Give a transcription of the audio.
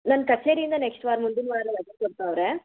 ನನ್ನ ಕಛೇರಿಯಿಂದ ನೆಕ್ಸ್ಟ್ ವಾರ ಮುಂದಿನ ವಾರ ರಜಾ ಕೊಡ್ತವ್ರೆ